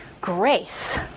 grace